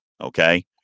Okay